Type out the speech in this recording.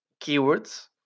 keywords